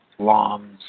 loms